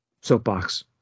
soapbox